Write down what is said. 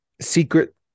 secret